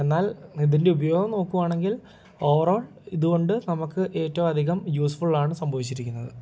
എന്നാൽ ഇതിൻ്റെ ഉപയോഗം നോക്കുവാണെങ്കിൽ ഓവറോൾ ഇതുകൊണ്ട് നമുക്ക് ഏറ്റവും അധികം യൂസ് ഫുള്ളാണ് സംഭവിച്ചിരിക്കുന്നത്